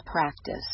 practice